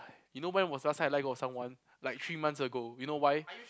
you know when was the last time I let go of someone like three months ago you know why